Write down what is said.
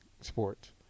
sports